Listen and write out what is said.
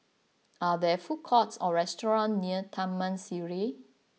are there food courts or restaurants near Taman Sireh